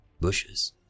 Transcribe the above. Bushes